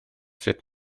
sut